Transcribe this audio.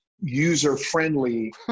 user-friendly